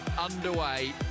underway